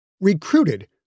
Recruited